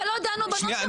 אבל לא דנו בנוסח הזה.